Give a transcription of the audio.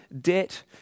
debt